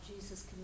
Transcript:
Jesus